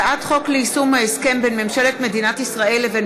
הצעת חוק ליישום ההסכם בין ממשלת מדינת ישראל לבין